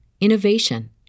innovation